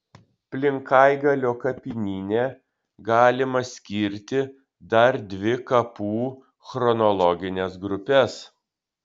plinkaigalio kapinyne galima skirti dar dvi kapų chronologines grupes